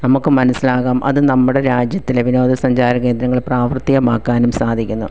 നമുക്ക് മനസിലാകാം അത് നമ്മുടെ രാജ്യത്തിലെ വിനോദസഞ്ചാര കേന്ദ്രങ്ങൾ പ്രാവർത്തികമാക്കാനും സാധിക്കുന്നു